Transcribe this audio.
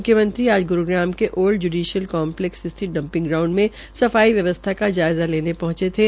मुख्यमंत्री आज ग्रुग्राम के ओल्ड जयूडीशियल कम्पलैक्स स्थित डंपिंग ग्राउंड में सफाई व्यवस्था का जायजा लेने के लिए पहंचे थे